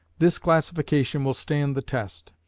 this classification will stand the test.